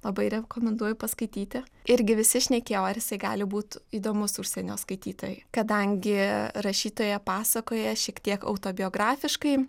labai rekomenduoju paskaityti irgi visi šnekėjo ar jisai gali būt įdomus užsienio skaitytojui kadangi rašytoja pasakoja šiek tiek autobiografiškai